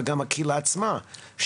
וגם הקהילה עצמה,